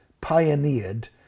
pioneered